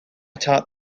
taught